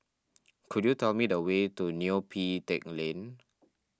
could you tell me the way to Neo Pee Teck Lane